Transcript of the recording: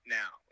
now